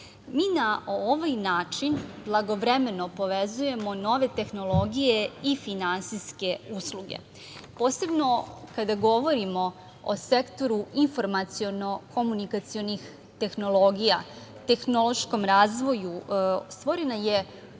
Mi na ovaj način blagovremeno povezujemo nove tehnologije i finansijske usluge. Posebno kada govorimo o sektoru informaciono komunikacionih tehnologija, tehnološkom razvoju stvorena je,